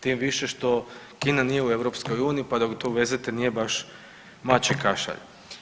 Tim više što Kina nije u EU pa dok to uvezete nije baš mačji kašalj.